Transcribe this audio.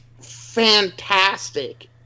fantastic